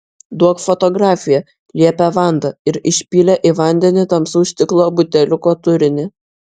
duok fotografiją liepė vanda ir išpylė į vandenį tamsaus stiklo buteliuko turinį